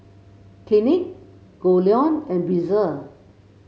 Clinique Goldlion and Breezer